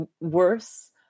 worse